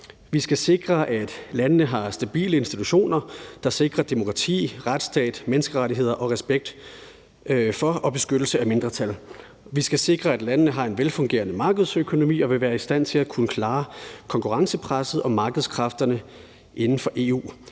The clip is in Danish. Vi skal sikre, at landene har stabile institutioner, der sikrer demokrati, retsstat, menneskerettigheder og respekt for og beskyttelse af mindretal. Vi skal sikre, at landene har en velfungerende markedsøkonomi og vil være i stand til at kunne klare konkurrencepresset og markedskræfterne inden for EU.